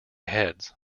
heads